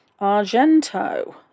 Argento